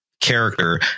character